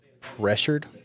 pressured